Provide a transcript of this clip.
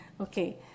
Okay